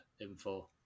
info